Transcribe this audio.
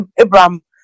Abraham